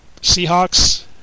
Seahawks